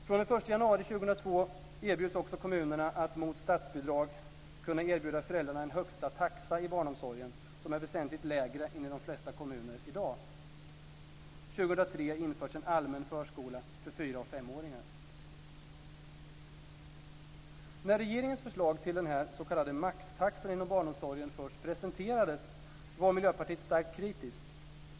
fr.o.m. den 1 januari 2002 erbjuds också kommunerna att mot statsbidrag kunna erbjuda föräldrarna en högsta taxa i barnomsorgen som är väsentligt lägre än i de flesta kommuner i dag. När regeringens förslag till denna s.k. maxtaxa inom barnomsorgen först presenterades var Miljöpartiet starkt kritiskt.